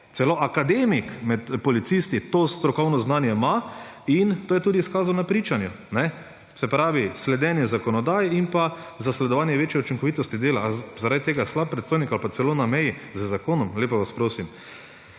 celo akademik med policisti, to strokovno znanje ima in to je tudi izkazal na pričanju. Se pravi sledenju zakonodaji in zasledovanje večje učinkovitosti dela. Ali je zaradi tega slab predstojnik ali pa celo na meji z zakonom? Lepo vas prosim!